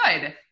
good